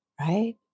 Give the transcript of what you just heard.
right